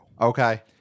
Okay